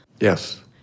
Yes